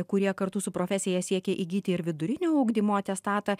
kurie kartu su profesija siekia įgyti ir vidurinio ugdymo atestatą